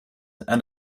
and